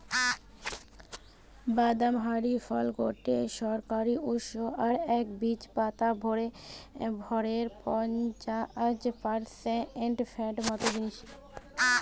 বাদাম হারি ফল গটে দরকারি উৎস আর এর বীজ পাতার ভরের পঞ্চাশ পারসেন্ট ফ্যাট মত জিনিস